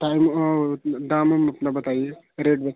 time दाम उम अपना बताइए रेट ब